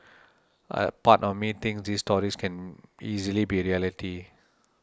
a part of me thinks these stories can easily be reality